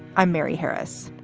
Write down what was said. i'm mary harris.